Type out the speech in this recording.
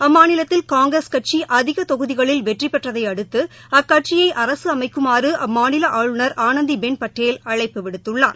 அம்மாநிலத்தில் காங்கிரஸ் கட்சிஅதிக்தொகுதிகளில் வெற்றிபெற்றதையடுத்து அக்கட்சியை அமைக்குமாறு அம்மாநிலஆளுநர் ஆனந்திபென் படேல் அழைப்பு விடுத்துள்ளார்